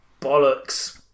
bollocks